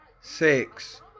six